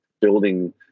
building